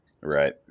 Right